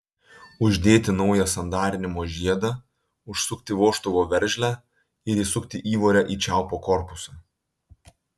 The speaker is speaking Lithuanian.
uždėti naują sandarinimo žiedą užsukti vožtuvo veržlę ir įsukti įvorę į čiaupo korpusą